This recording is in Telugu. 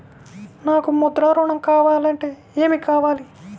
నాకు ముద్ర ఋణం కావాలంటే ఏమి కావాలి?